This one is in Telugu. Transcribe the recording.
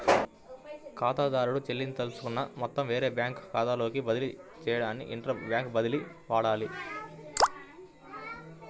ఖాతాదారుడు చెల్లించదలుచుకున్న మొత్తం వేరే బ్యాంకు ఖాతాలోకి బదిలీ చేయడానికి ఇంటర్ బ్యాంక్ బదిలీని వాడాలి